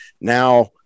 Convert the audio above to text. Now